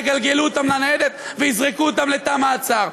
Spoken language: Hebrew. יגלגלו אותם לניידת ויזרקו אותם לתא המעצר.